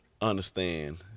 understand